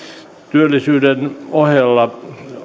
työllisyyden ohella